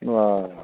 अह